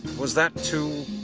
was that too,